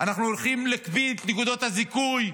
אנחנו הולכים להקפיא את נקודות הזיכוי.